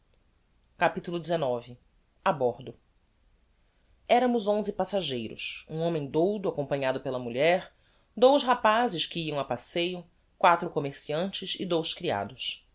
xix a bordo eramos onze passageiros um homem doudo acompanhado pela mulher dous rapazes que iam a passeio quatro commerciantes e dous criados